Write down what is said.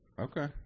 Okay